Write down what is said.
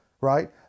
right